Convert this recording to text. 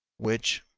which,